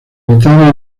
militares